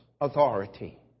authority